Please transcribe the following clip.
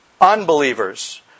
Unbelievers